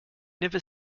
never